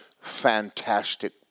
fantastic